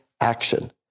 action